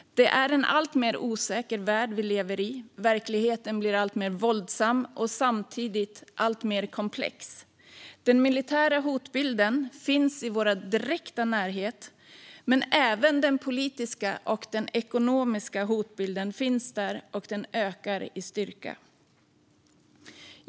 Det är en alltmer osäker värld vi lever i, verkligheten blir alltmer våldsam och samtidigt mer och mer komplex. Den militära hotbilden finns i vår direkta närhet, men även den politiska och den ekonomiska hotbilden finns där och ökar i styrka.